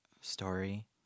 story